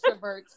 extroverts